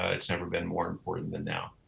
ah it's never been more important than now.